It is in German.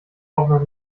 auch